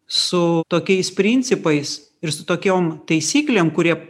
su tokiais principais ir su tokiom taisyklėm kurie